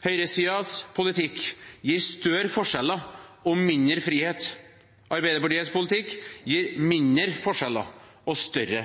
Høyresidens politikk gir større forskjeller og mindre frihet. Arbeiderpartiets politikk gir mindre forskjeller og større